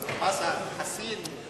חסן, חסין.